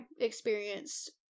experienced